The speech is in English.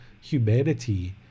humanity